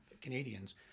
Canadians